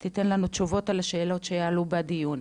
היא תיתן לנו תשובות על השאלות שיעלו בדיון.